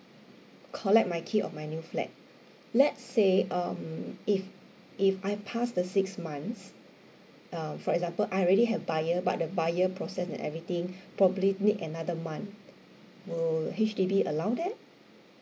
collect my key of my new flat let's say um if if I past the six months uh for example I already have buyer but the buyer process and everything probably need another month will H_D_B allow that